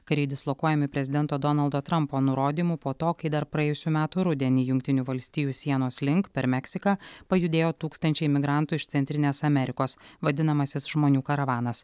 kariai dislokuojami prezidento donaldo trumpo nurodymu po to kai dar praėjusių metų rudenį jungtinių valstijų sienos link per meksiką pajudėjo tūkstančiai migrantų iš centrinės amerikos vadinamasis žmonių karavanas